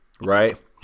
Right